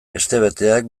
hestebeteak